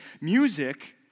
music